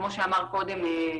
כמו שאמר היועמ"ש,